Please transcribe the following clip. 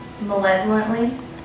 malevolently